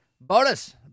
Bonus